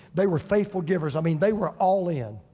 they were faithful givers, i mean, they were all in.